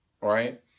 right